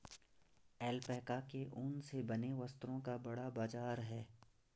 alpaca के ऊन से बने वस्त्रों का बड़ा बाजार है